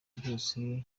byose